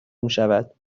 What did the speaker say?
میشود